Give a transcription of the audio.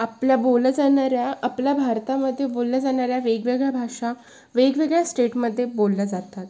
आपल्या बोलल्या जाणाऱ्या आपल्या भारतामध्ये बोलल्या जाणाऱ्या वेगवेगळ्या भाषा वेगवेगळ्या स्टेटमध्ये बोलल्या जातात